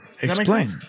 Explain